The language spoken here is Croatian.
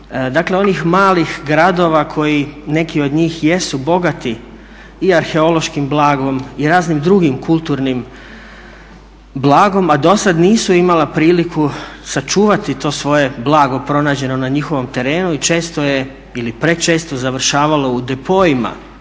dakle onih malih gradova koji neki od njih jesu bogati i arheološkim blagom i raznim drugim kulturnim blagom, a do sada nisu imala priliku sačuvati to svoje blago pronađeno na njihovom terenu i često je ili prečesto završavalo u depoima,